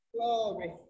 Glory